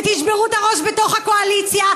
ותשברו את הראש בתוך הקואליציה.